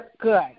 good